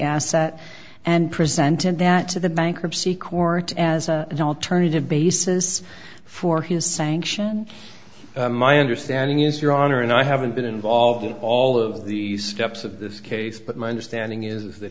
asset and presenting that to the bankruptcy court as a an alternative basis for his sanction my understanding is your honor and i haven't been involved in all of these steps of this case but my understanding is that